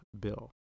bill